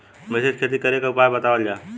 मिश्रित खेती करे क उपाय बतावल जा?